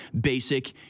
basic